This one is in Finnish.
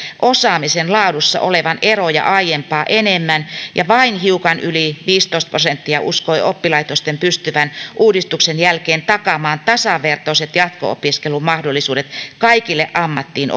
osaamisen laadussa olevan eroja aiempaa enemmän ja vain hiukan yli viisitoista prosenttia uskoi oppilaitosten pystyvän uudistuksen jälkeen takaamaan tasavertaiset jatko opiskelumahdollisuudet kaikille ammattiin